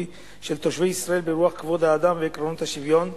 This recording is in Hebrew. של תושבי ישראל ברוח כבוד האדם ועקרונות השוויון.